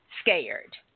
scared